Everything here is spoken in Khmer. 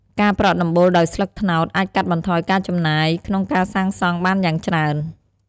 ការប្រក់ដំបូលដោយស្លឹកត្នោតអាចកាត់បន្ថយការចំណាយក្នុងការសាងសង់បានយ៉ាងច្រើន។